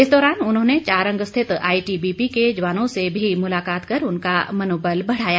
इस दौरान उन्होंने चारंग स्थित आईटीबीपी के जवानों से भी मुलाकात कर उनका मनोबल बढ़ाया